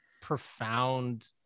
profound